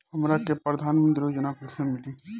हमरा के प्रधानमंत्री योजना कईसे मिली?